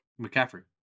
McCaffrey